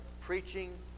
preaching